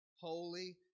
holy